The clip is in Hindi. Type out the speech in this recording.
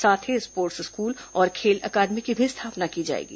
साथ ही स्पोटर्स स्कूल और खेल अकादमी की भी स्थापना की जाएगी